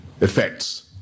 effects